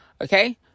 Okay